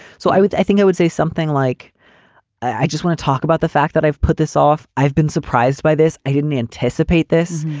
so i i think i would say something like i just want to talk about the fact that i've put this off. i've been surprised by this. i didn't anticipate this.